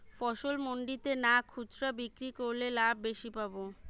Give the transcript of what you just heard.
ফসল মন্ডিতে না খুচরা বিক্রি করলে লাভ বেশি পাব?